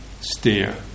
steer